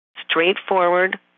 straightforward